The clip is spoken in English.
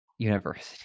university